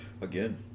again